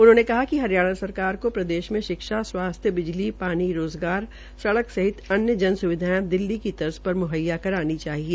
उन्होंने कहा कि हरियाणा सरकार को प्रदेश में शिक्षा स्वास्थ्य बिजली पानी रोज़गार सड़क सहित अन्य जन स्विधायें दिल्ली की तर्ज पर मुहैया करानी चाहिए